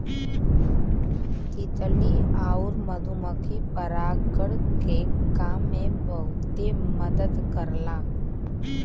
तितली आउर मधुमक्खी परागण के काम में बहुते मदद करला